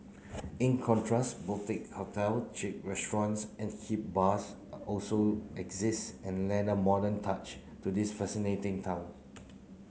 in contrast boutique hotel chic restaurants and hip bars are also exist and lend a modern touch to this fascinating town